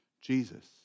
Jesus